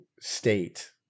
state